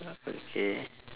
okay